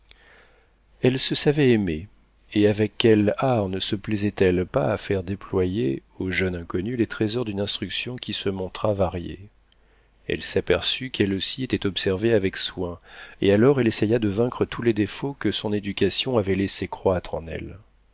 elle se savait aimée et avec quel art ne se plaisait elle pas à faire déployer au jeune inconnu les trésors d'une instruction qui se montra variée elle s'aperçut qu'elle aussi était observée avec soin et alors elle essaya de vaincre tous les défauts que son éducation avait laissés croître en elle